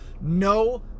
no